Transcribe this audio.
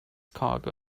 cargo